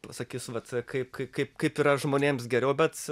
pasakys vat kaip kaip kaip yra žmonėms geriau bet